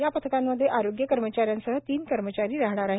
या पथकांमध्ये आरोग्य कर्मचाऱ्यासह तीन कर्मचारी राहणार आहे